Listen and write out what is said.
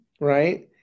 right